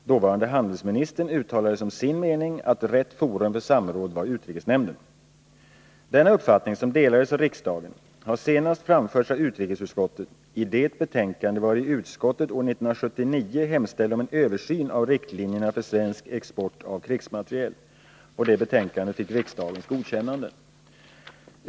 Dåvarande handelsministern uttalade som sin mening att rätt forum för samråd var utrikesnämnden. Denna uppfattning, som delades av rikdagen, har senast framförts av utrikesutskottet i det betänkande vari utskottet år 1979 hemställde om en översyn av riktlinjerna för svensk export av krigsmateriel. Betänkandet fick riksdagens godkännande .